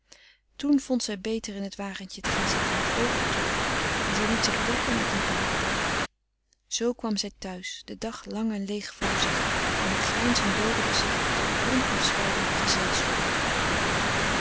toen vond zij beter in het wagentje te gaan zitten met oogen toe en zij liet zich dekken met een paardedeken zoo kwam zij thuis de dag lang en leeg voor zich en het grijnzend doodengezicht tot onafscheidelijk gezelschap